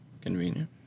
convenient